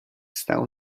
stał